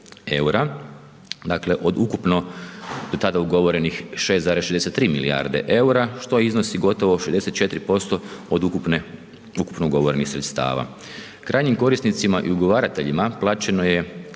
dakle, od ukupno tada ugovorenih 6,63 milijarde EUR-a, što iznosi gotovo 64% od ukupno ugovorenih sredstava. Krajnjim korisnicima i ugovarateljima plaćeno je